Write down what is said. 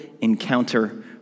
encounter